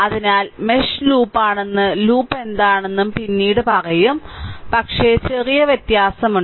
അതിനാൽ മെഷ് ലൂപ്പാണെന്ന് ലൂപ്പ് എന്താണെന്ന് പിന്നീട് പറയും പക്ഷേ ചെറിയ വ്യത്യാസമുണ്ട്